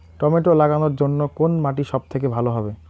Tomato লাগানোর জন্যে কোন মাটি সব থেকে ভালো হবে?